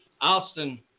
Austin